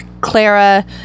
Clara